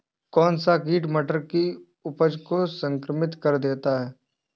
कौन सा कीट मटर की उपज को संक्रमित कर देता है?